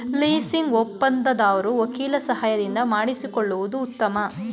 leasing ಒಪ್ಪಂದವನ್ನು ವಕೀಲರ ಸಹಾಯದಿಂದ ಮಾಡಿಸಿಕೊಳ್ಳುವುದು ಉತ್ತಮ